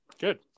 Good